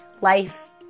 life